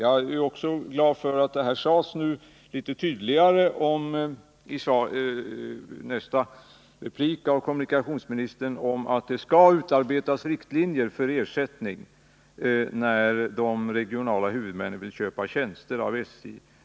Jag är också glad över att kommunikationsministern i sin replik litet tydligare sade ut, att det skall utarbetas riktlinjer för ersättning när de regionala huvudmännen vill köpa tjänster av SJ.